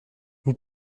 vous